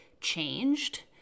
changed